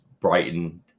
Brighton